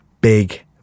big